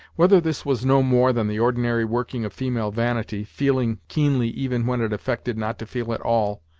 whether this was no more than the ordinary working of female vanity, feeling keenly even when it affected not to feel at all,